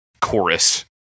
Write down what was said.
chorus